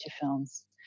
films